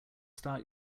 start